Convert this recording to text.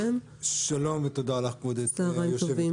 שלום ותודה לך, כבוד יושבת-הראש,